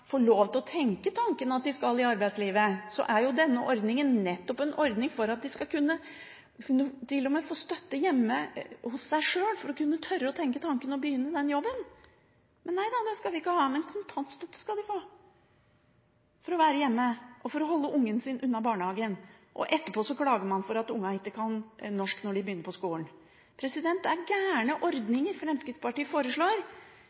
få støtte hjemme hos seg sjøl for å kunne tørre å tenke tanken om å begynne i den jobben. Men neida, det skal vi ikke ha. Men kontantstøtte skal de få – for å være hjemme og for å holde ungen sin unna barnehagen – og etterpå klager man over at ungene ikke kan norsk når de begynner på skolen. Det er gale ordninger Fremskrittspartiet foreslår.